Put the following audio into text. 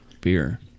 beer